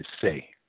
say